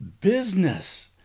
business